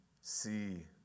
see